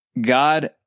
God